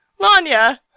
Lanya